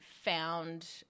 found